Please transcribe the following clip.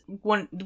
One